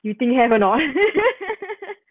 you think have or not